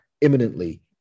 imminently